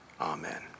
amen